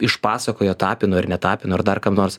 išpasakojo tapinui ar ne tapinui ar dar kam nors